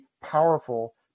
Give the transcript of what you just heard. powerful